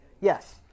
yes